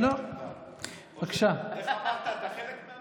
איפה לוקחים את העבודה,